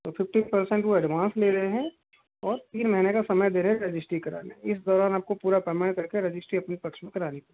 पर fifty percent वो advance ले रहे हैं और तीन महीने का समय दे रहे रजिस्ट्री कराने इस दौरान आप को पूरा पेमेंट कर के रजिस्ट्री अपने पक्ष में करानी पड़े